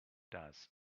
does